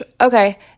Okay